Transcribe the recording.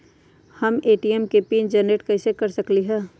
हम ए.टी.एम के PIN generate कईसे कर सकली ह?